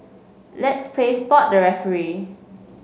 let's play spot the referee